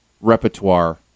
repertoire